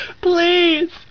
PLEASE